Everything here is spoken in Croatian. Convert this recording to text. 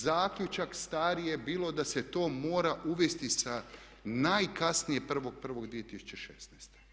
Zaključak stari je bio da se to mora uvesti sa najkasnije 1.1.2016.